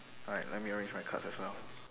alright let me arrange my cards as well